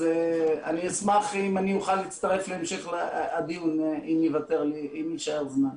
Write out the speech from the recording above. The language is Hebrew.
אני אשמח אם אוכל להצטרף להמשך הדיון אם יישאר זמן.